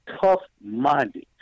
tough-minded